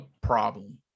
problem